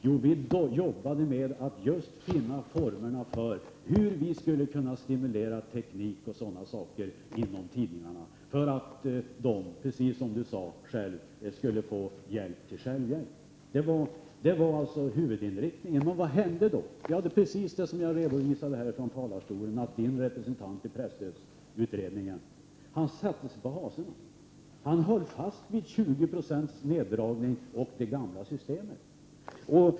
Jo, vi jobbade på att just finna formerna för hur vi kan stimulera teknik etc. på tidningarna för att dessa — precis som Göthe Knutson själv sade — skall få hjälp till självhjälp. Det var huvudinriktningen. Men vad hände då? Jo, precis det som jag har redovisat här i talarstolen. En representant i presstödsutredningen satte sig på hasorna. Han höll fast vid detta med en neddragning om 20 96 och vid det gamla systemet.